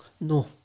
No